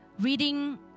reading